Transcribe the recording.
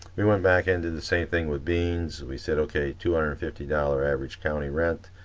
we went back into the same thing with beans. we said okay two hundred and fifteen dollars average county rent,